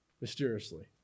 Mysteriously